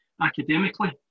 academically